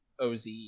OZ